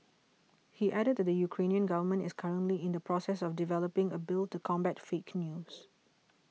he added that the Ukrainian government is currently in the process of developing a bill to combat fake news